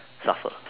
suffer